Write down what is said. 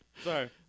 Sorry